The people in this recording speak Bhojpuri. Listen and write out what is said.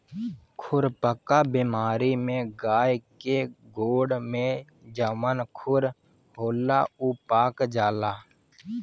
खुरपका बेमारी में गाय के गोड़ में जवन खुर होला उ पाक जाला